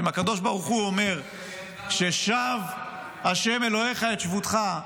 אם הקדוש ברוך הוא אומר ש"שב ה' אלהיך את שבותך",